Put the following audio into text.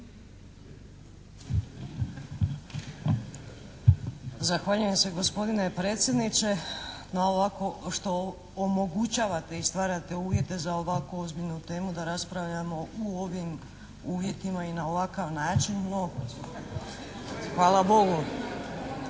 Zahvaljujem se, gospodine predsjedniče, na ovako, što omogućavate i stvarate uvjete za ovako ozbiljnu temu da raspravljamo u ovim uvjetima i na ovakav način, no